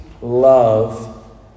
love